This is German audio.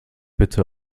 bitte